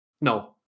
No